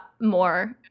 more